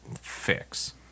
fix